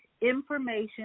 information